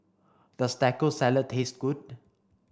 does Taco Salad taste good